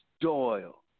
Doyle